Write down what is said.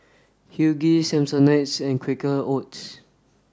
Huggies Samsonite and Quaker Oats